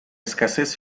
escasez